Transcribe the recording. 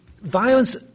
Violence